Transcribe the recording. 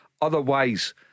Otherwise